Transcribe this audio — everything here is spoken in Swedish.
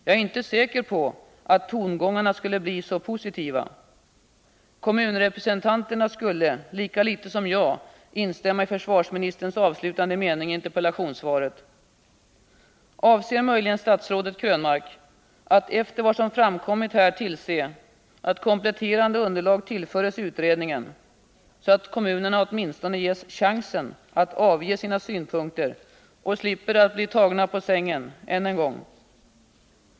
Jag är inte så säker på att tongångarna skulle bli så positiva. Kommunrepresentanterna skulle lika litet som jag instämma i försvarsministerns avslutande mening i interpellationssvaret. Avser möjligen statsrådet Krönmark att efter vad som framkommit här tillse att kompletterande underlag tillföres utredningen, så att kommunerna åtminstone får chansen att anlägga sina synpunkter och så att de slipper att bli tagna på sängen — än en gång.